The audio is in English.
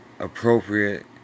appropriate